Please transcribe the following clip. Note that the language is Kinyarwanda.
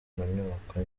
nyubako